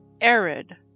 arid